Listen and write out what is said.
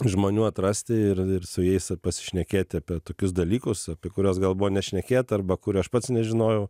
žmonių atrasti ir ir su jais pasišnekėti apie tokius dalykus apie kuriuos gal buvo nešnekėta arba kurių aš pats nežinojau